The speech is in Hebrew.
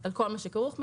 על כל מה שכרוך בכך.